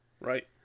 Right